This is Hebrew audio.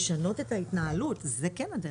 לשנות את ההתנהלות זאת כן הדרך.